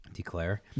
declare